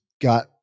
got